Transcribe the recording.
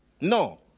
No